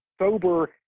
sober